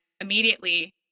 immediately